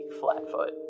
Flatfoot